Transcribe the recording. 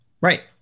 Right